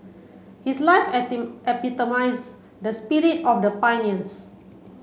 his life epitomize the spirit of the pioneers